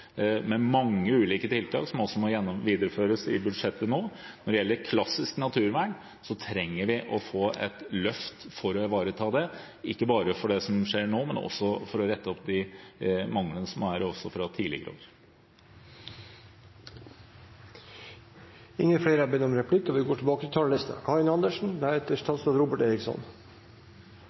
med mange ulike tiltak som må videreføres i budsjettet nå. Når det gjelder klassisk naturvern, trenger vi å få et løft for å ivareta det, ikke bare når det gjelder det som skjer nå, men også for å rette opp manglene fra tidligere år. Replikkordskiftet er slutt. Det er mange utfordringer, men jeg vil nevne de tre største i vår tid. Det ene er klimakrisen og